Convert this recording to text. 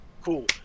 Cool